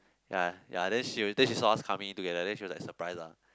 ya ya then she was then she saw us coming in together then she was like surprise ah